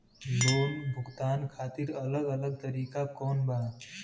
Loan भुगतान खातिर अलग अलग तरीका कौन बा?